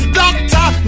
doctor